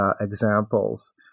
examples